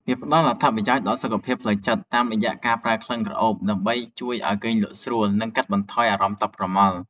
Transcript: វាផ្ដល់អត្ថប្រយោជន៍ដល់សុខភាពផ្លូវចិត្តតាមរយៈការប្រើក្លិនក្រអូបដើម្បីជួយឱ្យគេងលក់ស្រួល និងកាត់បន្ថយអារម្មណ៍តប់ប្រមល់។